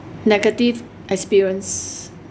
negative experience